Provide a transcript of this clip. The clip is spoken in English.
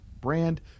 brand